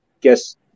guess